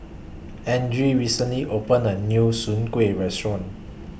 Andrea recently opened A New Soon Kueh Restaurant